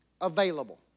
available